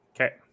Okay